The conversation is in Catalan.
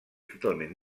totalment